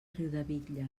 riudebitlles